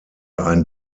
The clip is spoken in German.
ein